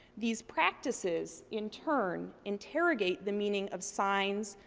these practices, in turn, interrogate the meaning of signs,